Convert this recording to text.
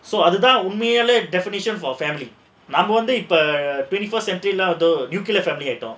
அது தான் உண்மையிலேயே:adhu thaan unmaiyilayae definition for family நாமெல்லாம் வந்து:namellaam vandhu twenty first century ஆயிட்டோம்:aayittom